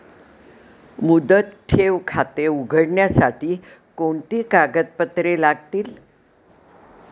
मुदत ठेव खाते उघडण्यासाठी कोणती कागदपत्रे लागतील?